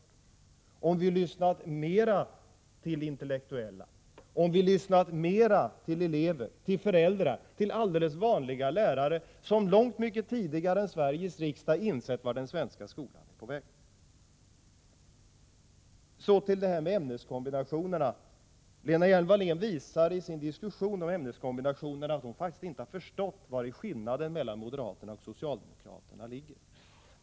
Det hade varit bra om vi lyssnat mera till intellektuella, till elever, till föräldrar och till alldeles vanliga lärare, som långt tidigare än Sveriges riksdag insett vart den svenska skolan är på väg. Så till detta med ämneskombinationerna. Lena Hjelm-Wallén visade i sin diskussion om ämneskombinationerna att hon inte förstått vari skillnaden mellan moderaterna och socialdemokraterna ligger.